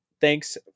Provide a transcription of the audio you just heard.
thanks